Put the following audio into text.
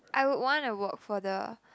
I would wanna work for the